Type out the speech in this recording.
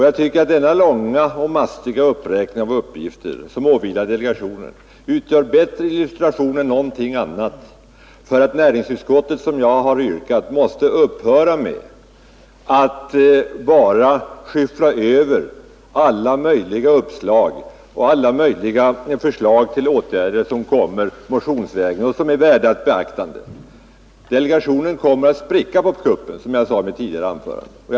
Jag tycker att denna långa och mastiga uppräkning av uppgifter som åvilar delegationen utgör bättre illustration än någonting annat för att näringsutskottet, som jag har yrkat, måste upphöra med att bara skyffla över till delegationen alla möjliga uppslag och alla möjliga förslag till åtgärder som kommer motionsvägen och som är värda beaktande. Delegationen kommer att spricka på kuppen, som jag sade i mitt tidigare anförande.